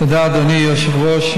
תודה, אדוני היושב-ראש.